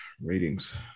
Ratings